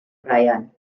bryan